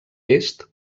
est